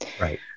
right